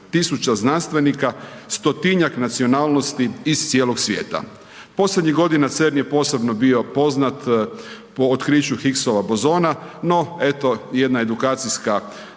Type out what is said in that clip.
17000 znanstvenika, stotinjak nacionalnosti iz cijelog svijeta. Posljednjih godina CERN je posebno bio poznat po otkriću Higgsova bozona no eto jedna edukacijska